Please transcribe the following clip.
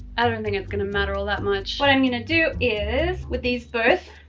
i don't think it's going to matter all that much. what i'm going to do is with these both